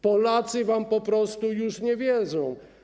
Polacy wam po prostu już nie wierzą.